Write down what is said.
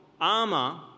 armor